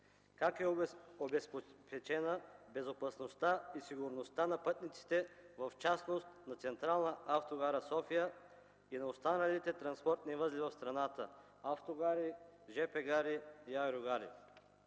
как е обезпечена безопасността и сигурността на пътниците, в частност на Централна автогара – София, и на останалите транспортни възли в страната – автогари, жп гари и аерогари?